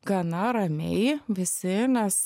gana ramiai visi nes